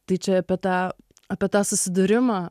tai čia apie tą apie tą susidūrimą